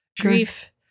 grief